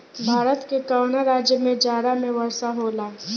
भारत के कवना राज्य में जाड़ा में वर्षा होला?